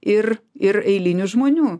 ir ir eilinių žmonių